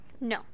No